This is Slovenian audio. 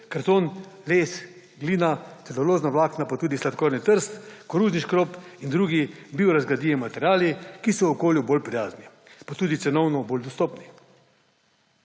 karton, les, glina, celulozna vlakna in tudi sladkorni trs, koruzni škrob in drugi biorazgradljivi materiali, ki so okolju bolj prijazni in tudi cenovno bolj dostopni.